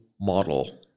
model